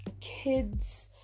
kids